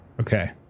Okay